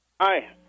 Hi